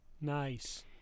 Nice